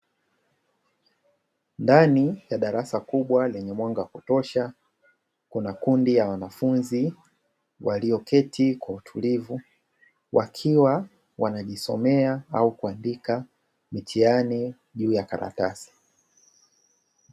Ndani ya darasa kubwa lenye mwanga wa kutosha kuna kundi la wanafunzi walioketi kwa utulivu wakiwa wanajisomea au kuandika mitihani juu ya karatasi.